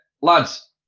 Lads